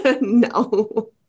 no